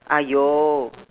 !aiyo!